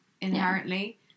inherently